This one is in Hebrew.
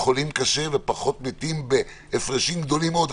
חולים קשה ופחות מתים, וזה בהפרשים גדולים מאוד.